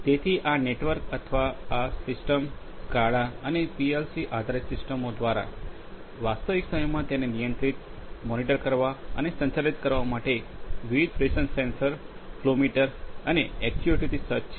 તેથી આ નેટવર્ક અથવા આ સિસ્ટમ સ્કાડા અને પીએલસી આધારિત સિસ્ટમો દ્વારા વાસ્તવિક સમયમાં તેને નિયંત્રિત મોનિટર કરવા અને સંચાલિત કરવા માટે વિવિધ પ્રેશર સેન્સર ફ્લો મોનિટર અને એક્ચ્યુએટર્સથી સજ્જ છે